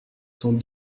sont